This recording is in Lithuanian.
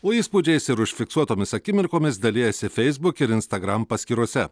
o įspūdžiais ir užfiksuotomis akimirkomis dalijasi feisbuk ir instagram paskyrose